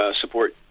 support